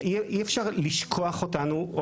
אי אפשר לשכוח אותנו.